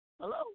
Hello